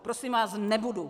Prosím vás, nebudu.